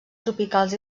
tropicals